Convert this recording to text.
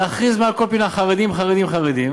להכריז מכל פינה: חרדים, חרדים, חרדים,